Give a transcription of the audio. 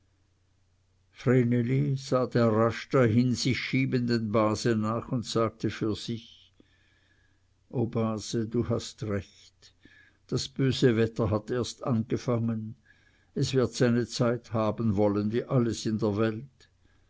der rasch dahin sich schiebenden base nach und sagte für sich o base du hast recht das böse wetter hat erst angefangen es wird seine zeit haben wollen wie alles in der welt